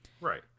Right